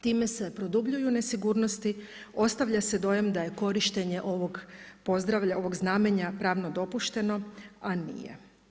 Time se produbljuju nesigurnosti, ostavlja se dojam, da je korištenje ovog pozdrava, ovog znamenja, pravnog dopušteno, a nije.